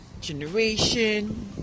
generation